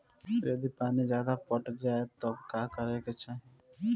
यदि पानी ज्यादा पट जायी तब का करे के चाही?